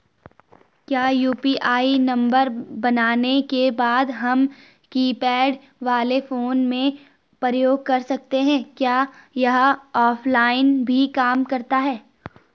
क्या यु.पी.आई नम्बर बनाने के बाद हम कीपैड वाले फोन में प्रयोग कर सकते हैं क्या यह ऑफ़लाइन भी काम करता है?